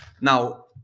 now